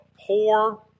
poor